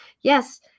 yes